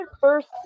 first